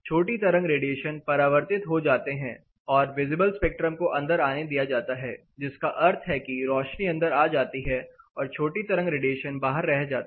छोटी तरंग रेडिएशन परावर्तित हो जाते हैं और विजिबल स्पेक्ट्रम को अंदर आने दिया जाता है जिसका अर्थ है कि रोशनी अंदर आ जाती है और छोटी तरंग रेडिएशन बाहर रह जाता है